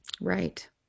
Right